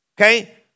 Okay